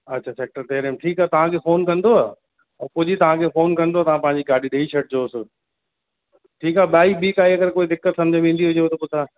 अच्छा सेक्टर तेरहं में ठीकु आहे तव्हांखे फ़ोन कंदुव उहो ख़ुदि ई तव्हांखे फ़ोन कंदुव तव्हां पंहिंजी गाॾी ॾेई छॾिजोसि ठीकु आहे ॿाइ ॿीं काई अगरि कोई दिक़त सम्झ में ईंदी हुजेव त पोइ तव्हां